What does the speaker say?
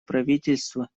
правительства